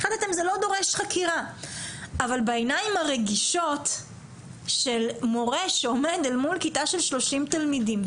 אבל בעיניים הרגישות של מורה שעומד אל מול כיתה של שלושים תלמידים,